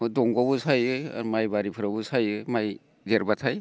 दंग'आवबो सायो माइ बारिफ्रावबो सायो माइ देरब्लाथाय